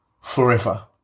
forever